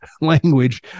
language